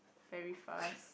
very fast